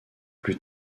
plus